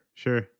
Sure